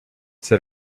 said